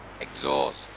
exhaust